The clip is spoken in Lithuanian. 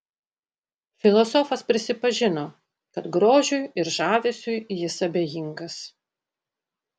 filosofas prisipažino kad grožiui ir žavesiui jis abejingas